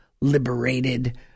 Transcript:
liberated